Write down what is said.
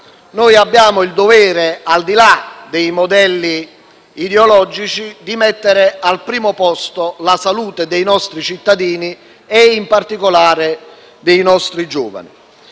abbiamo il dovere, al di là dei modelli ideologici, di mettere al primo posto la salute dei nostri cittadini e, in particolare, dei nostri giovani.